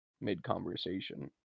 mid-conversation